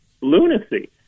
lunacy